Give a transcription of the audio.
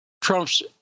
Trump's